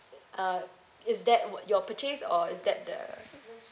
uh is that your purchase or is that the